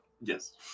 Yes